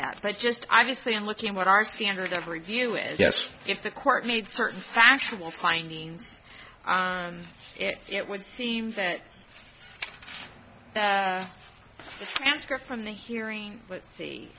that but just obviously i'm looking at what our standard of review is yes if the court made certain factual findings it would seem that the answer from the hearing let's see